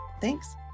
Thanks